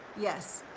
yes,